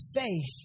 faith